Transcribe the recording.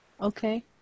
Okay